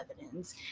evidence